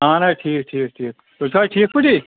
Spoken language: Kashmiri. اَہَن حظ ٹھیٖک تھیٖک ٹھیٖک تُہۍ چھِو حظ ٹھیٖک پٲٹھی